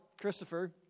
Christopher